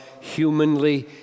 humanly